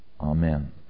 Amen